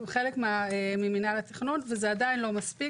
הם חלק ממינהל התכנון וזה עדיין לא מספיק,